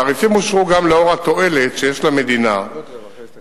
התעריפים אושרו גם לאור התועלת שיש למדינה ולנהגים